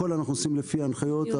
הכול אנחנו עושים לפי הנחיות.